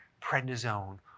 prednisone